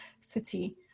city